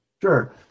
Sure